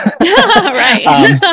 Right